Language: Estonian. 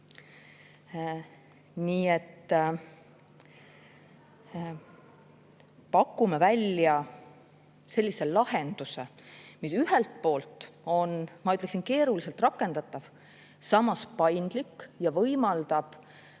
Me pakume välja sellise lahenduse, mis ühelt poolt on, ma ütleksin, keeruliselt rakendatav, samas on see paindlik ja võimaldab